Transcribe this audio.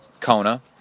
Kona